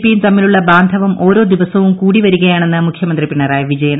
പിയും തമ്മിലുള്ള ബാന്ധവം ഓരോ ദിവസവും കൂടി വരികയാണെന്ന് മുഖ്യമന്ത്രി പിണറായി വിജയൻ